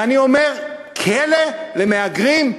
ואני אומר: כלא למהגרים?